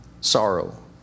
sorrow